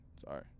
Sorry